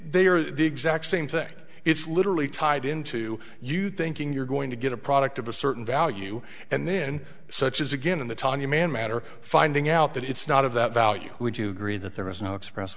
they are the exact same thing it's literally tied into you thinking you're going to get a product of a certain value and then such as again in the tanya mann matter finding out that it's not of that value would you agree that there is no express